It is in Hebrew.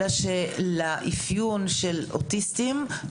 אלא שלאפיון של אוטיסטים,